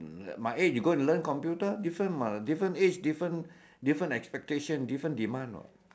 mm my age you go and learn computer different [what] different age different different expectation different demand [what]